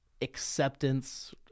acceptance